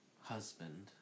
husband